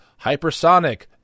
hypersonic